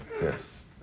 Yes